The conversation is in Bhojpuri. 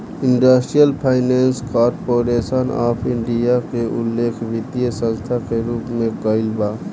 industrial Finance Corporation of India के उल्लेख वित्तीय संस्था के रूप में कईल बा